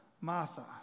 Martha